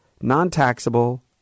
non-taxable